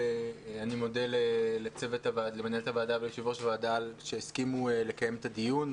אני מודה למנהלת הוועדה וליושב-ראש הוועדה שהסכימו לקיים את הדיון.